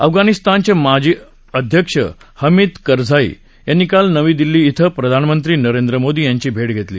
अफगाणिस्तानचे माजी अध्यक्ष हमिद करझाई यांनी काल नवी दिल्ली इथं प्रधानमंत्री नरेन्द्र मोदी यांची भेट घेतली